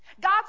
god